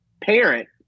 parent